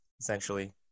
essentially